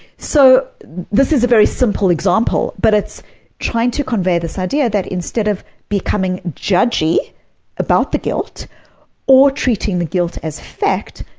so this is a very simple example but it's trying to convey this idea that instead of becoming judgey about the guilt or treat the guilt as fact,